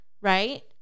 right